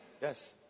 Yes